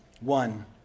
one